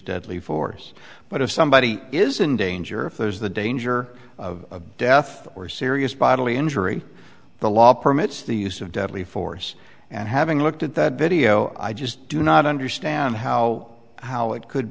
deadly force but if somebody is in danger if there's the danger of death or serious bodily injury the law permits the use of deadly force and having looked at that video i just do not understand how how it could